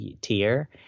tier